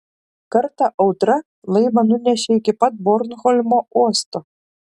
kartą audra laivą nunešė iki pat bornholmo uosto